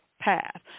path